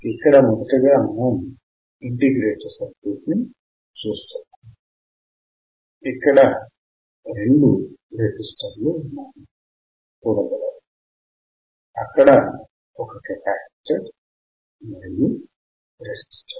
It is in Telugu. ఇక్కడ మొదటగా మనము ఇంటిగ్రేటర్ సర్క్యూట్ చూస్తున్నాము ఇక్కడ రెండు రెసిస్టర్స్ ఉన్నాయి చూడగలరు అక్కడ ఒక ఒక కెపాసిటర్ మరియు రెసిస్టర్